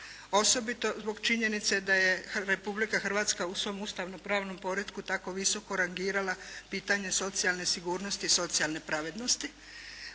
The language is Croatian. osobito zbog činjenice da je Republika Hrvatska u svom ustavno-pravnom poretku tako visoko rangirala pitanje socijalne sigurnosti i socijalne pravednosti.